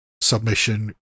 submission